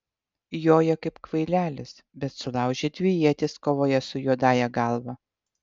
joja kaip kvailelis bet sulaužė dvi ietis kovoje su juodąja galva